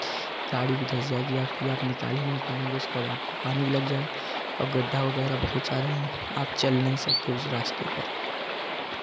गाड़ी भी धस जाएगी आपकी आप निकाल ही नहीं पाएँगे उसके बाद आप पानी भी लग जाएगा और गड्ढा वगैरह बहुत ज़्यादा है आप चल नहीं सकते उस रास्ते पर